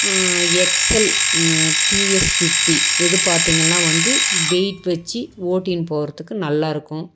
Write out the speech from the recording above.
எக்ஸ்எல்ன்னா TVS fifty இது பார்த்திங்கள்னா வந்து வெயிட் வச்சு ஓட்டின்னு போகிறத்துக்கு நல்லாயிருக்கும்